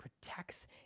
protects